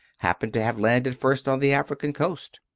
happened to have landed first on the african coast!